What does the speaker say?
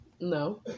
No